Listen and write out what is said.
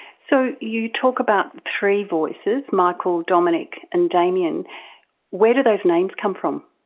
so you talk about three voices michael, dominic and damien where do those names come from?